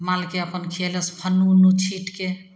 मालके अपन खियेलस फन्नु उन्नु छीटके